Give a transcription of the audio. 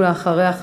ואחריה,